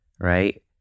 right